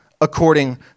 according